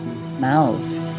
smells